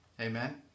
Amen